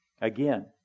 Again